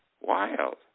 wild